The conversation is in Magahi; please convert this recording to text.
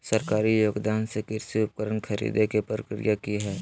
सरकारी योगदान से कृषि उपकरण खरीदे के प्रक्रिया की हय?